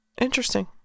Interesting